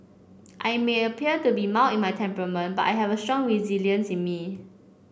I may appear to be mild in my temperament but I have a strong resilience in me